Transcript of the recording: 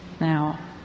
Now